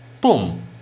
Boom